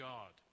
God